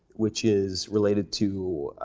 which is related to